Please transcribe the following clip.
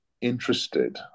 interested